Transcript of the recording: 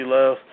love